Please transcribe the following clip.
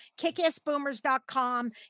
kickassboomers.com